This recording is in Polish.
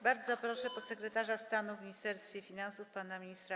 Bardzo proszę podsekretarza stanu w Ministerstwie Finansów pana ministra